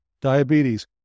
Diabetes